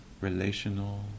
relational